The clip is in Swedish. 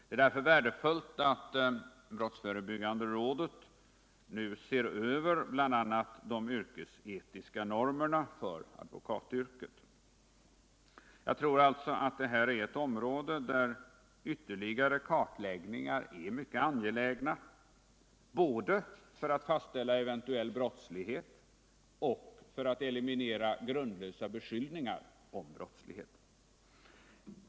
Det är därför värdefullt att brottsförebyggande rådet nu ser över bl.a. de yrkesetiska normerna för advokatyrket. Jag tror sålunda att det här är ett område där ytterligare kartläggningar är mycket angelägna, både för att fastställa eventuell brottslighet och för att eliminera grundlösa beskyllningar om brottslighet.